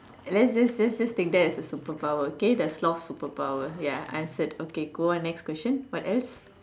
let's just just just take that as a super power okay the sloth super power answered okay go on next question what else